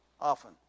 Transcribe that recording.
often